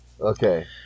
Okay